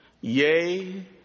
yea